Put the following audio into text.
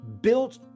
built